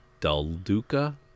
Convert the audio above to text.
Dalduca